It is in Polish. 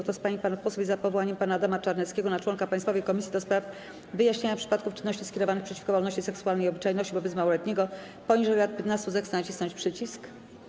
Kto z pań i panów posłów jest za powołaniem pana Adama Czarneckiego na członka Państwowej Komisji do spraw wyjaśniania przypadków czynności skierowanych przeciwko wolności seksualnej i obyczajności wobec małoletniego poniżej lat 15, zechce nacisnąć przycisk.